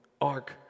Ark